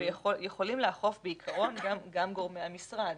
ויכולים לאכוף בעקרון גם גורמי המשרד.